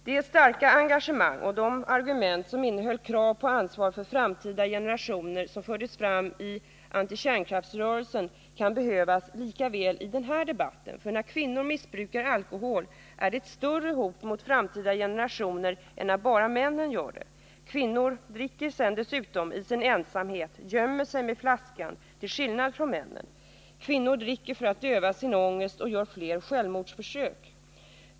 Det starka engagemang och de krav på ansvar för framtida generationer som fördes fram i antikärnkraftsrörelsen kan behövas lika väl i den här debatten. För när kvinnor missbrukar alkohol är det ett större hot mot framtida generationer än när bara männen gör det. Kvinnor dricker dessutom i sin ensamhet, gömmer sig med flaskan, till skillnad från männen. Kvinnor dricker för att döva sin ångest och gör fler självmordsförsök.